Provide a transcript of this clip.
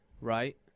right